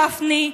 גפני,